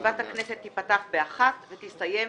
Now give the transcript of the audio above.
ישיבת הכנסת תיפתח בשעה 13:00 ותסתיים